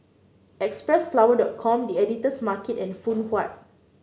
Xpressflower dot com The Editor's Market and Phoon Huat